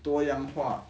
多样化